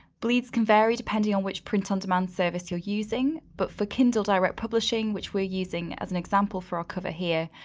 bleeds can vary depending on which print-on-demand service you're using. but for kindle direct publishing, which we're using as an example for our cover here,